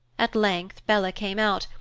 at length bella came out,